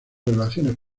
relaciones